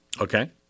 Okay